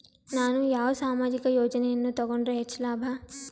ನಾನು ಯಾವ ಸಾಮಾಜಿಕ ಯೋಜನೆಯನ್ನು ತಗೊಂಡರ ಹೆಚ್ಚು ಲಾಭ?